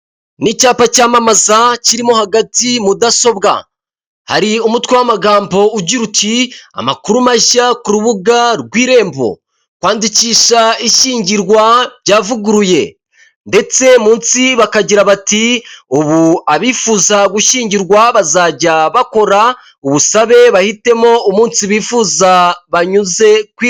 Ni icyapa cyamamaza kirimo hagati mudasobwa, hari umutwe w'amagambo ugira uti amakuru mashya ku rubuga rw'irembo, kwandikisha ishyingirwawa byavuguruye ndetse munsi bakagira bati ubu abifuza gushyingirwa bazajya bakora ubusabe bahitemo umunsi bifuza banyuze kwi